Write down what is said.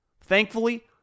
Thankfully